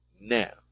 now